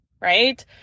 right